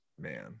man